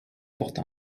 porte